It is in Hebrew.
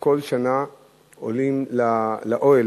וכל שנה עולים לאוהל,